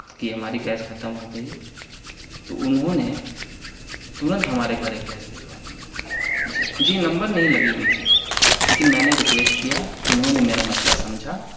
کہ ہماری گیس ختم ہو گئی تو انہوں نے ترنت ہمارے گھر ایک گیس بھجوا دیا جی جی نمبر نہیں لگی ہوئی تھی لیکن میں نے ریکویشٹ کیا انہوں نے میرا مسئلہ سمجھا